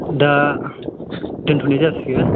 दा दोनथ'नाय जासिगोन